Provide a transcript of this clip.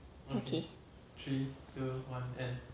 okay